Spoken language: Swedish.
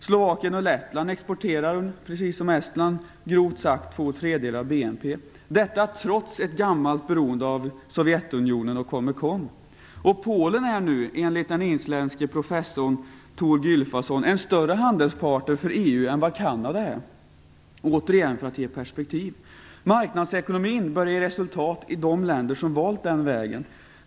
Slovakien och Polen exporterar precis som Estland grovt sett två tredjedelar av BNP - detta trots ett gammalt beroende av Sovjetunionen och Comecon. Polen är nu enligt den isländske professorn Thor Gylfason en större handelspartner för EU än vad Kanada är. Återigen säger jag detta för att ge perspektiv. Marknadsekonomin börjar ge resultat i de länder som valt den vägen.